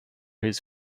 his